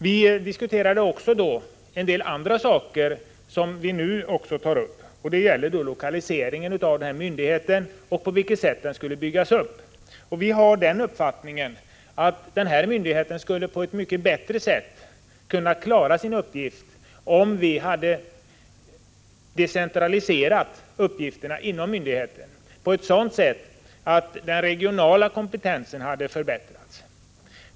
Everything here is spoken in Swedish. Vi diskuterade då en del andra saker som vi nu också tar upp, och det gäller lokaliseringen av myndigheten och det sätt på vilket den skulle byggas upp. Vi har den uppfattningen att kemikalieinspektionen skulle kunna klara sin uppgift mycket bättre om arbetsuppgifterna decentraliserades inom myndigheten på ett sådant sätt att den regionala kompetensen förbättrades.